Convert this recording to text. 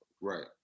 Right